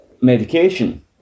medication